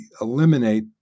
eliminate